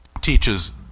teaches